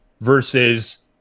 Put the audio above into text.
versus